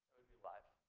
be live.